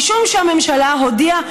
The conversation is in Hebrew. משום שהממשלה הודיעה,